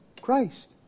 Christ